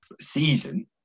season